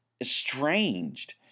estranged